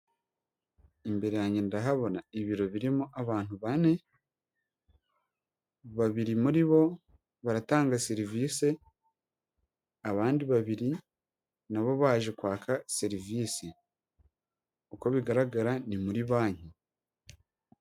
Imbere yanjye ndahabona ibiro birimo abantu bane, babiri muri bo baratanga serivise, abandi babiri na bo baje kwaka serivise, uko bigaragara ni muri banki.